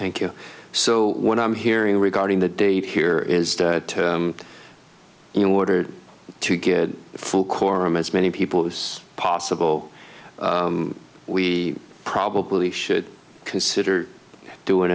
thank you so what i'm hearing regarding the date here is that in order to get full quorum as many people as possible we probably should consider doing